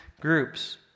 groups